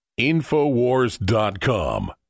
InfoWars.com